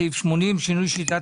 סעיף 80 שינוי שיטת